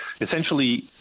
Essentially